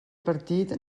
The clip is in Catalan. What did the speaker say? partit